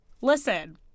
listen